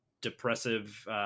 depressive